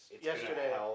yesterday